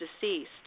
deceased